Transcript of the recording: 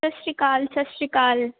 ਸਤਿ ਸ਼੍ਰੀ ਅਕਾਲ ਸਤਿ ਸ਼੍ਰੀ ਅਕਾਲ